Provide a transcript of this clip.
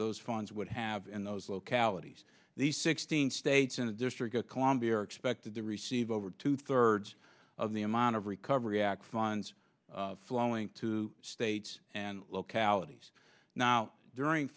ose funds would have in those localities the sixteen states in the district of columbia are expected to receive over two thirds of the amount of recovery act funds flowing to states and localities now during